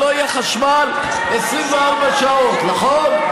שלא יהיה חשמל 24 שעות, נכון?